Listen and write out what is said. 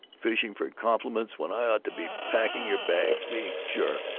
fishing for compliments when i ought to be packing your bag! me, sure,